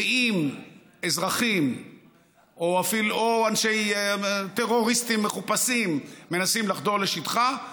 ואם אזרחים או אנשים טרוריסטים מחופשים מנסים לחדור לשטחה,